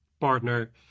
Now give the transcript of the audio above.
partner